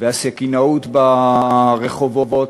והסכינאות ברחובות.